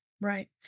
Right